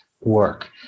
work